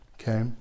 Okay